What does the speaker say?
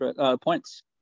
Points